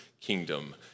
kingdom